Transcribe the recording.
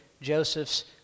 Joseph's